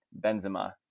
Benzema